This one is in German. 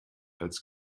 als